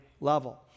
level